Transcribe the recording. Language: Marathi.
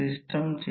तर ∅ 2 0